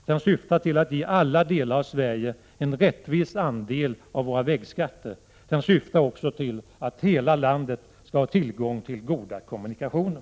Den syftar till att ge alla delar av Sverige en rättvis andel av våra vägskatter. Den syftar också till att hela landet skall ha tillgång till goda kommunikationer.